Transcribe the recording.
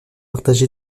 partager